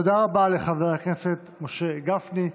תודה רבה לחבר הכנסת משה גפני.